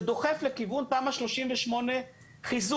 זה דוחף לכיוון תמ"א 38 חיזוק.